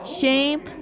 shame